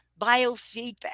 biofeedback